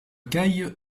caille